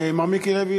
חבר הכנסת, מר מיקי לוי,